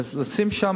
ולשים שם,